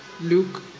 luke